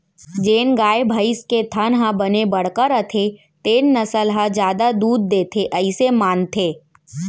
जेन गाय, भईंस के थन ह बने बड़का रथे तेन नसल ह जादा दूद देथे अइसे मानथें